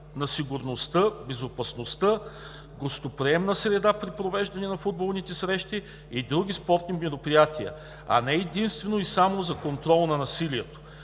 на сигурността, безопасността, гостоприемна среда при провеждане на футболните срещи и други спортни мероприятия, а не единствено и само за контрол на насилието.